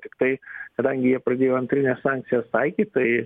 tiktai kadangi jie pradėjo antrines sankcijas taikyt tai